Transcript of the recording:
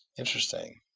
interesting.